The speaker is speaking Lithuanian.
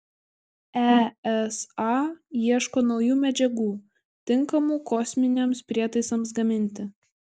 esa ieško naujų medžiagų tinkamų kosminiams prietaisams gaminti